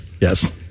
yes